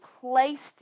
placed